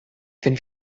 wenn